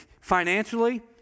Financially